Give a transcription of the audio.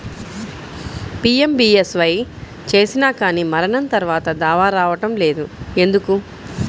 PMBSY చేసినా కానీ మరణం తర్వాత దావా రావటం లేదు ఎందుకు?